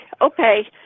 okay